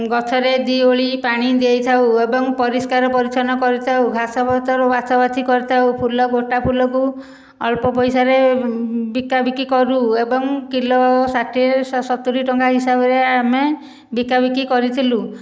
ଗଛରେ ଦୁଇ ଓଳି ପାଣି ଦେଇଥାଉ ଏବଂ ପରିଷ୍କାର ପରିଚ୍ଛନ୍ନ କରିଥାଉ ଘାସ ପତ୍ର ବାଛାବଛି କରିଥାଉ ଫୁଲ ଗୋଟା ଫୁଲକୁ ଅଳ୍ପ ପଇସାରେ ବିକାବିକି କରୁ ଏବଂ କିଲୋ ଷାଠିଏ ସତୁରୀ ଟଙ୍କା ହିସାବରେ ଆମେ ବିକାବିକି କରିଥିଲୁ